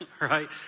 right